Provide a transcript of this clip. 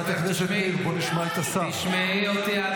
את לא תשמעי.